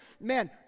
man